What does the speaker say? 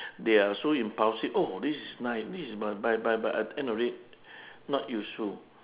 they are so impulsive oh this is nice this is buy buy buy end of day not useful